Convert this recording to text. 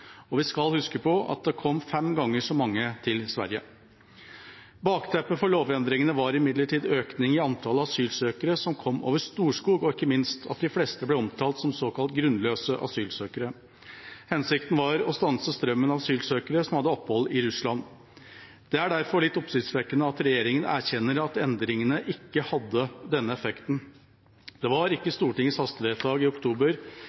og vi skal huske på at det kom fem ganger så mange til Sverige. Bakteppet for lovendringene var imidlertid økningen i antall asylsøkere som kom over Storskog, og ikke minst at de fleste ble omtalt som såkalt grunnløse asylsøkere. Hensikten var å stanse strømmen av asylsøkere som hadde opphold i Russland. Det er derfor litt oppsiktsvekkende at regjeringa erkjenner at endringene ikke hadde denne effekten. Det var ikke Stortingets hastevedtak i oktober